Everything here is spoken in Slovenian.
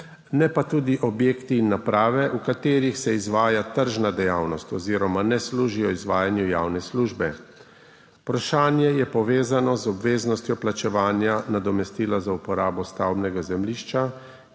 ne pa tudi objekti in naprave, v katerih se izvaja tržna dejavnost oziroma ne služijo izvajanju javne službe. Vprašanje je povezano z obveznostjo plačevanja nadomestila za uporabo stavbnega zemljišča,